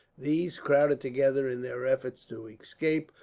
these, crowded together in their efforts to escape,